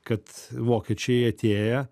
kad vokiečiai atėję